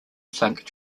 sunk